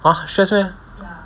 !huh! stress meh